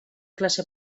klase